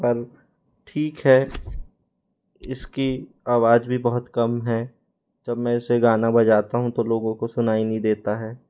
पर ठीक है इसकी आवाज भी बहुत कम है तो मैं इसे गाना बजाता हूँ तो लोगों को सुनाई नहीं देता है